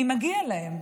כי מגיע להם,